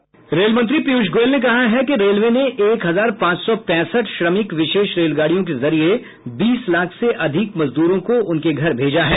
रेलमंत्री पीयूष गोयल ने कहा है कि रेलवे ने एक हजार पांच सौ पैंसठ श्रमिक विशेष रेलगाडियों के जरिये बीस लाख से अधिक मजदूरों को उनके घर भेजा है